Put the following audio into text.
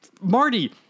Marty